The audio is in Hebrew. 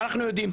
ואנחנו יודעים,